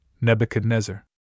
Nebuchadnezzar